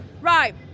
Right